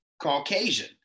Caucasian